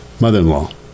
mother-in-law